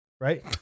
right